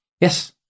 Yes